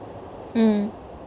mm